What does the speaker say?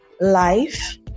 life